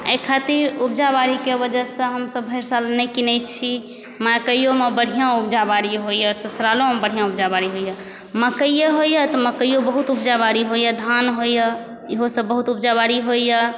एहि ख़ातिर उपजा बाड़ीके वजहसँ हमसब भरि साल नहि किनै छी माइकेमे बढ़िआँ उपजा बाड़ी होइए ससुरालोमे बढ़िआँ उपजा बाड़ी होइए मकइए होइए तऽ मकइ बहुत उपजा बाड़ी होइए धान होइए ईहोसब बहुत उपजा बाड़ी होइए